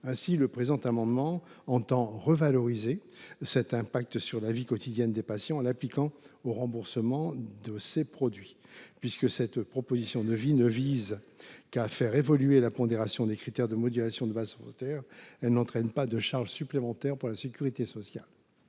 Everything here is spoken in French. Ainsi, par cet amendement, nous entendons revaloriser cet impact sur la vie quotidienne des patients, en l’appliquant aux remboursements de ces produits. Puisque cette proposition ne vise qu’à faire évoluer la pondération des critères de modulation de la base forfaitaire, elle n’entraîne pas de charge supplémentaire pour la sécurité sociale.